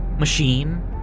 machine